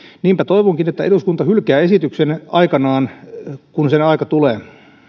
niinpä toivonkin että eduskunta hylkää esityksen kun sen aika tulee